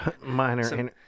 Minor